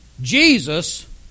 Jesus